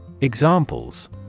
Examples